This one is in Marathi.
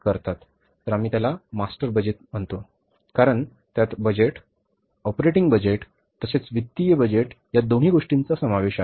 तर आम्ही त्याला एक मास्टर बजेट म्हणतो कारण त्यात बजेट ऑपरेटिंग बजेट तसेच वित्तीय बजेट या दोन्ही गोष्टींचा समावेश आहे